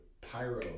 Pyro